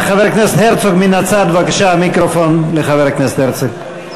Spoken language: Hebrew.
למה אתם לוקחים על עצמכם, לממשלה?